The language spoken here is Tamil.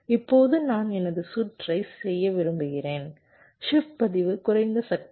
இப்போது நான் எனது சுற்றை செய்ய விரும்புகிறேன் ஷிப்ட் பதிவு குறைந்த சக்தி